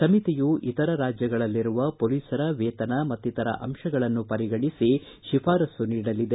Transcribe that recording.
ಸಮಿತಿಯು ಇತರ ರಾಜ್ಯಗಳಲ್ಲಿರುವ ಪೊಲೀಸರ ವೇತನ ಮತ್ತಿತರ ಅಂಶಗಳನ್ನು ಪರಿಗಣಿಸಿ ಶಿಫಾರಸ್ಸು ನೀಡಲಿದೆ